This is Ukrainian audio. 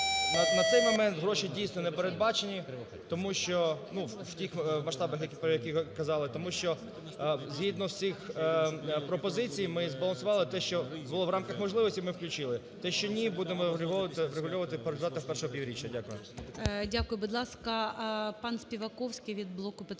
На цей момент гроші, дійсно, не передбачені, тому що, ну, в тих масштабах, про які ви казали, тому що, згідно всіх пропозицій. Ми збалансували те, що було в рамкам можливості, ми включили, те, що ні, будемо врегульовувати, переглядати в перше півріччя. Дякую. ГОЛОВУЮЧИЙ. Дякую. Будь ласка, панСпіваковський від "Блоку Петра